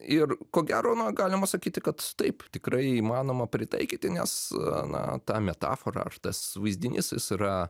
ir ko gero na galima sakyti kad taip tikrai įmanoma pritaikyti nes na ta metafora ar tas vaizdinys jis yra